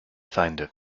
feinde